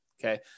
Okay